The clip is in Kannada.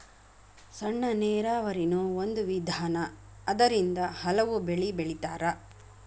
ಸಣ್ಣ ನೇರಾವರಿನು ಒಂದ ವಿಧಾನಾ ಅದರಿಂದ ಹಲವು ಬೆಳಿ ಬೆಳಿತಾರ